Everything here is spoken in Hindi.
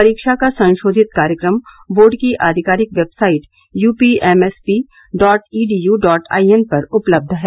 परीक्षा का संशोधित कार्यक्रम बोर्ड की आधिकारिक website UPMSP dot edu dot in पर उपलब्ध है